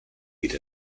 geht